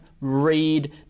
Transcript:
read